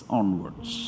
onwards